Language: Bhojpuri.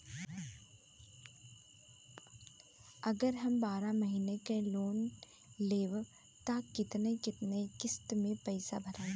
अगर हम बारह महिना के लोन लेहेम त केतना केतना किस्त मे पैसा भराई?